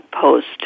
post